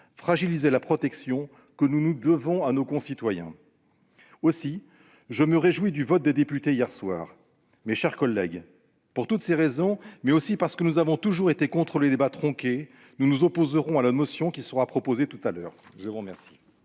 fragilisait la protection que nous devons à nos concitoyens. Aussi, je me réjouis du vote des députés hier soir. Mes chers collègues, pour toutes ces raisons, mais aussi parce que nous avons toujours été contre les débats tronqués, nous nous opposerons à la motion qui sera proposée tout à l'heure. La parole